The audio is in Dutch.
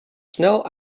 snel